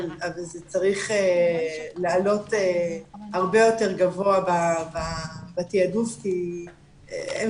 אבל זה צריך לעלות הרבה יותר גבוה בתעדוף כי הם